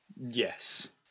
Yes